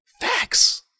Facts